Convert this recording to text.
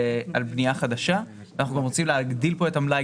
בנייה חדשה ואנחנו גם רוצים להגדיל כאן את המלאי,